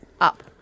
up